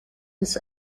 des